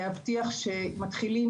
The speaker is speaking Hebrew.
להפך, יש רכיבים כספיים שבתקנות המסים